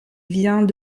vient